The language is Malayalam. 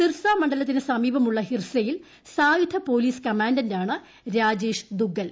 സിർസാ മണ്ഡലത്തിന് സമീപമുള്ള ഹിർസയിൽ സായുധ പോലീസ് കമാന്റൻറാണ് രാജേഷ് ദുഗ്ഗൽ